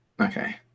Okay